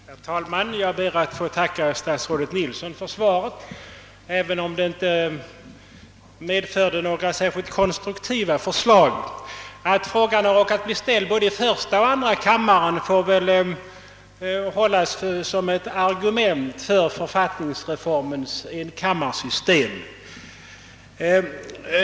Herr talman! Jag ber att få tacka statsrådet Nilsson för svaret, även om det inte medförde några särskilt konstruktiva förslag. Att frågan har råkat bli ställd i både första och andra kammaren får väl tas som ett argument för författningsreformens enkammarsystem.